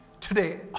Today